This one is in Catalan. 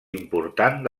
important